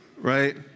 right